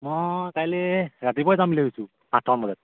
মই কাইলৈ ৰাতিপুৱাই যাম বুলি ভাবিছোঁ সাতটামান বজাত